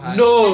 no